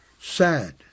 sad